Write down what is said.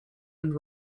and